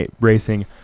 racing